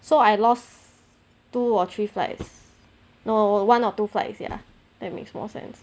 so I lost two or three flights no one or two flights ya that makes more sense